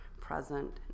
present